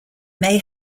may